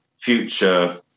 future